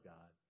God